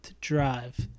drive